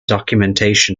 documentation